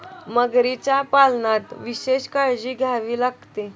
मगरीच्या पालनात विशेष काळजी घ्यावी लागते